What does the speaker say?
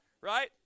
right